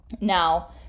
Now